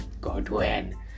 Godwin